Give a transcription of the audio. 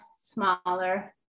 smaller